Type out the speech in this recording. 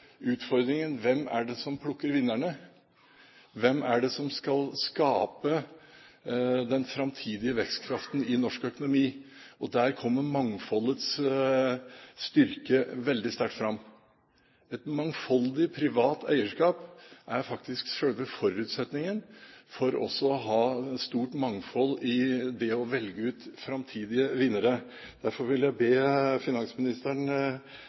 utfordringen: Hvem er det som plukker vinnerne? Hvem er det som skal skape den framtidige vekstkraften i norsk økonomi? Der kommer mangfoldets styrke veldig sterkt fram. Et mangfoldig privat eierskap er faktisk selve forutsetningen for å ha stort mangfold også i det å velge ut framtidige vinnere. Derfor vil jeg be finansministeren